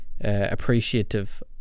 appreciative